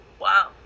wow